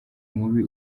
mubi